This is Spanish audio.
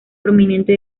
prominente